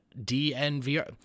DNVR